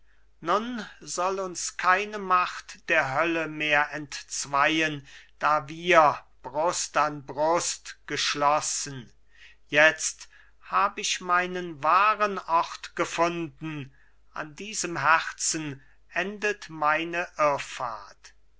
nun soll uns keine macht der hölle mehr entzweien da wir brust an brust geschlossen jetzt hab ich meinen wahren ort gefunden an diesem herzen endet meine irrfahrt